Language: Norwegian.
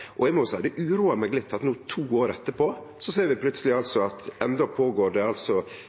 og eg må seie det uroar meg litt at vi no, to år etterpå, plutseleg ser at det endå går føre seg diskusjonar. Det